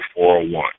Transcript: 401